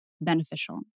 beneficial